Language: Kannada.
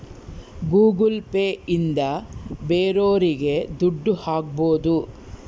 ಗೂಗಲ್ ಪೇ ಇಂದ ಬೇರೋರಿಗೆ ದುಡ್ಡು ಹಾಕ್ಬೋದು